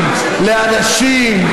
לאנשים,